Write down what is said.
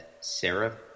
Sarah